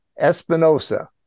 Espinosa